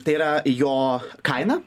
tai yra jo kaina